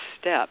step